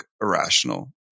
irrational